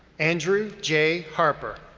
andrew j. harper.